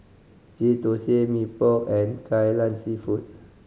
Ghee Thosai Mee Pok and Kai Lan Seafood